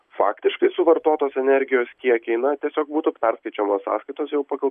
faktiškai suvartotos energijos kiekiai na tiesiog būtų perskaičiuojamos sąskaitos jau pagal